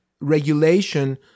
regulation